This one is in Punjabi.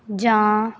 ਜਾਂ